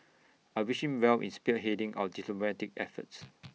I wish him well in spearheading our diplomatic efforts